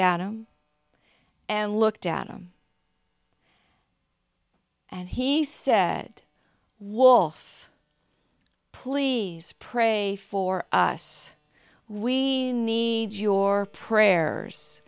at him and looked at him and he said wolf please pray for us we need your prayers